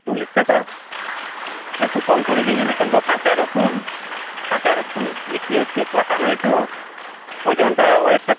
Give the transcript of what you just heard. চল্লিশ টাকা একটু কম করে দেবেন এখন তো কাঁচা রসুন কাঁচা রসুন বিক্রি হচ্ছে পাকা নয় তো ওজনটা ওয়েটটা